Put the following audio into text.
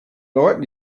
leuten